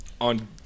on